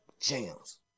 jams